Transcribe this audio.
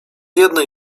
jednej